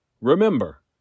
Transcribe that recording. Remember